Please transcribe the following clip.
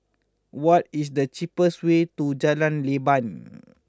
what is the cheapest way to Jalan Leban